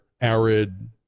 arid